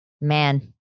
man